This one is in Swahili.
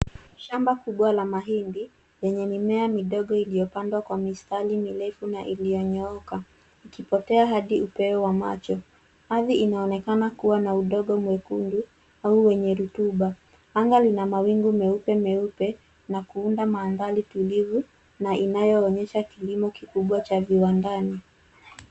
Shamba kubwa ya mahindi yenye mimea midogo iliyopandwa kwa mistari mirefu na ilinyooka ikipotea hadi upeo wa macho. Ardhi inaonekana kuwa na udongo mwekundu au wenye rutuba. Anga lina mawingu meupe meupe na kuunda mandhari tulivu na inayoonyesha kilimo kikubwa cha viwandani.